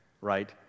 right